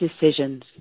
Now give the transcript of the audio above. decisions